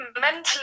mentally